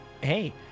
Hey